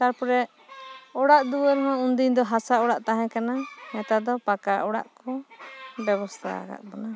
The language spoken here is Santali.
ᱛᱟᱨᱯᱚᱨᱮ ᱚᱲᱟᱜ ᱫᱩᱣᱟᱹᱨ ᱦᱚᱸ ᱩᱱᱫᱤᱱ ᱫᱚ ᱦᱟᱥᱟ ᱚᱲᱟᱜ ᱛᱟᱦᱮᱸ ᱠᱟᱱᱟ ᱱᱮᱛᱟᱨ ᱫᱚ ᱯᱟᱠᱟ ᱚᱲᱟᱜ ᱠᱚᱦᱚᱸ ᱵᱮᱵᱚᱥᱛᱟ ᱟᱠᱟᱜ ᱵᱚᱱᱟ